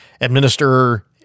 administer